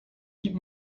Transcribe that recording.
keep